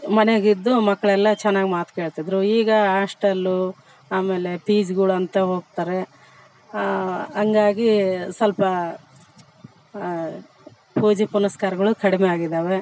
ಮನೆಗಿದ್ದು ಮಕ್ಕಳೆಲ್ಲ ಚೆನ್ನಾಗ್ ಮಾತು ಕೇಳ್ತಿದ್ರು ಈಗ ಹಾಸ್ಟಲ್ಲು ಆಮೇಲೆ ಫೀಜ್ಗಳಂತ ಹೋಗ್ತಾರೆ ಹಂಗಾಗೀ ಸ್ವಲ್ಪ ಪೂಜೆ ಪುನಸ್ಕಾರಗಳು ಕಡಿಮೆ ಆಗಿದಾವೆ